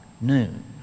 noon